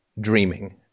dreaming